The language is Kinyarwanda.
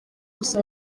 gusa